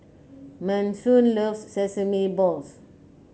Manson loves Sesame Balls